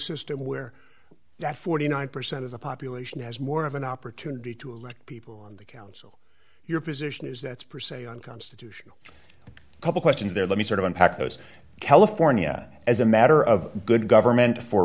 system where that forty nine percent of the population has more of an opportunity to elect people on the council your position is that's percent unconstitutional a couple questions there let me sort of unpack those california as a matter of good government for